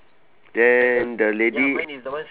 then the lady